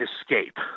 escape